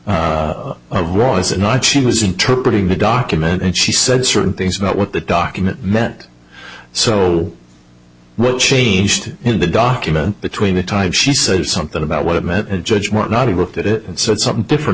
not she was interpreted to document and she said certain things about what that document meant so what changed in the document between the time she said something about what it meant a judgment not a book that it and said something different